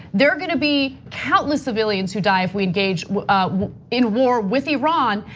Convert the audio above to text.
there are gonna be countless civilians who die if we engage in war with iran.